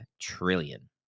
trillion